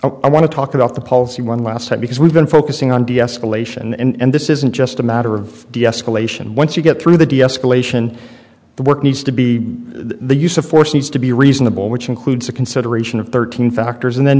ok i want to talk about the polls one last time because we've been focusing on deescalation and this isn't just a matter of deescalation once you get through the deescalation the work needs to be the use of force needs to be reasonable which includes the consideration of thirteen factors and then